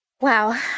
Wow